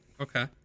Okay